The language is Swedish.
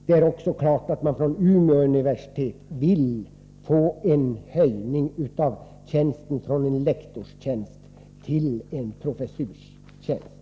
Det är också klart att man från Umeå universitets sida vill få en höjning av tjänsten från en lektorstjänst till en professorstjänst.